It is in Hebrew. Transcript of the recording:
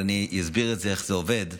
אני אסביר איך זה עובד.